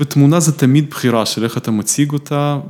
ותמונה זה תמיד בחירה של איך אתה מציג אותה.